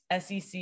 SEC